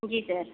जी sir